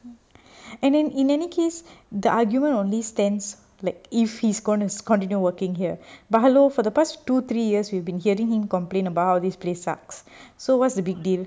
and then in any case the argument only stands like if he's gonna continue working here but hello for the past two three years we've been hearing him complain about how this place sucks so what's the big deal